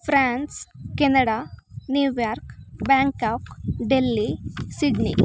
France Canada New York Bangkok Delhi Sydney